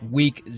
week